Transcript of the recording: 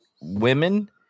women –